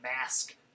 mask